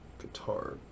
guitar